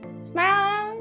smile